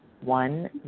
one